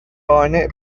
قانع